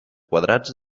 quadrats